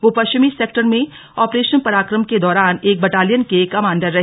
वो पश्चिमी सेक्टर में ऑपरेशन पराक्रम के दौरान एक बटालियन के कमांडर रहे